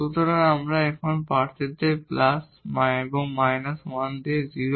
সুতরাং আমরা এখন ক্যান্ডিডেডদের প্লাস এবং −1 দিয়ে 0